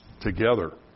together